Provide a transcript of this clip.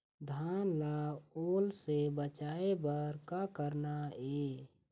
धान ला ओल से बचाए बर का करना ये?